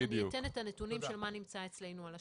אני אתן את הנתונים של מה שנמצא אצלנו על השולחן.